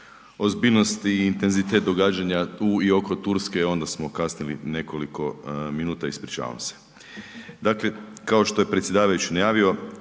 ozbiljnost i intenzitet događanja u i oko Turske onda smo kasnili nekoliko minuta. Ispričavam se. Dakle, kao što je predsjedavajući najavio